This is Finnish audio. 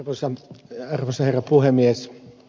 arvoisa herra puhemies